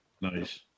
Nice